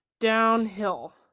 downhill